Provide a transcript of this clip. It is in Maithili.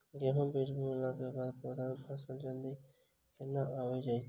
गेंहूँ बीज बुनला बाद पौधा मे फसल जल्दी केना आबि जाइत?